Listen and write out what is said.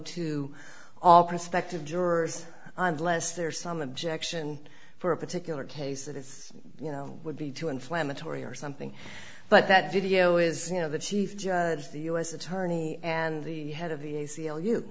to all prospective jurors unless there's some objection for a particular case that is you know would be too inflammatory or something but that video is you know the chief judge the u s attorney and the head of the a